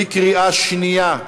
בקריאה שנייה,